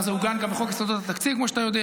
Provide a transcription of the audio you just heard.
על מה אתה מדבר?